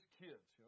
kids